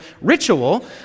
ritual